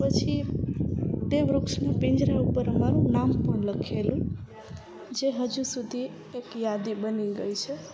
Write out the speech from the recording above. પછી તે વૃક્ષના પિંજરા ઉપર અમારું નામ પણ લખેલું જે હજી સુધી એક યાદી બની ગઈ છે